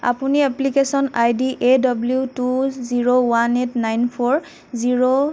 আপুনি application I D A W two zero one eight nine four zero